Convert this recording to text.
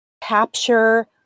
capture